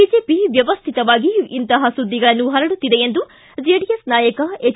BJP ವ್ಣವಸ್ಥಿತವಾಗಿ ಇಂತಹ ಸುದ್ದಿಗಳನ್ನು ಹರಡುತ್ತಿದೆ ಎಂದು ಜೆಡಿಎಸ್ ನಾಯಕ ಎಚ್